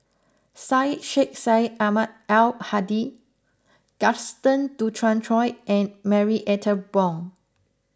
Syed Sheikh Syed Ahmad Al Hadi Gaston Dutronquoy and Marie Ethel Bong